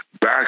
back